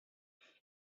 ich